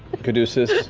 caduceus,